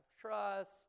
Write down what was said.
trust